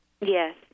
Yes